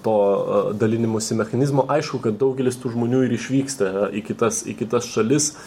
to dalinimosi mechanizmo aišku kad daugelis tų žmonių ir išvyksta į kitas į kitas šalis